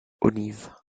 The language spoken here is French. olive